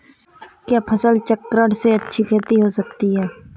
क्या फसल चक्रण से अच्छी खेती हो सकती है?